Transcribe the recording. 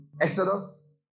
Exodus